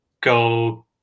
go